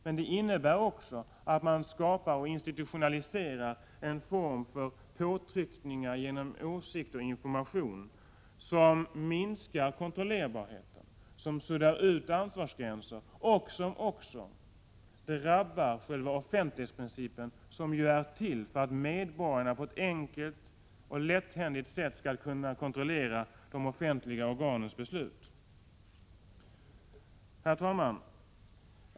Men det innebär också att man skapar och institutionaliserar en form för påtryckningar genom åsikter och information, vilket minskar kontrollerbarheten, suddar ut ansvarsgränserna och också drabbar själva offentlighetsprincipen, som ju är till för att medborgarna på ett enkelt och lätthanterligt sätt skall kunna kontrollera de offentliga organens beslut. Herr talman!